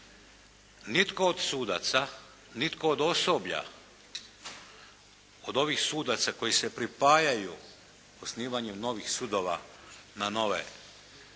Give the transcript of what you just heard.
Nitko od sudaca, nitko od osoblja, od ovih sudaca koji se pripajaju osnivanjem novih sudova na nove,